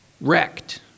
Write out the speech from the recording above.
wrecked